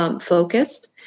focused